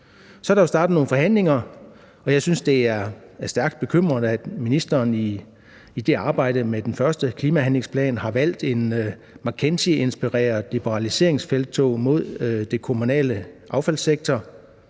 Så er der jo startet nogle forhandlinger, og jeg synes, det er stærkt bekymrende, at ministeren i arbejdet med den første klimahandlingsplan har valgt et McKinseyinspireret liberaliseringsfelttog mod den kommunale affaldssektor.